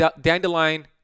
dandelion